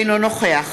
אינו נוכח